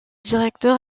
directeur